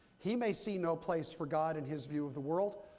he may see no place for god in his view of the world.